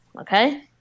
okay